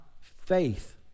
faith